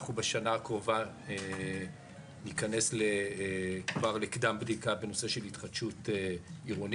אנחנו בשנה הקרובה ניכנס כבר לקדם בדיקה בנושא של התחדשות עירונית,